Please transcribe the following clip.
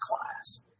class